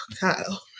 Kyle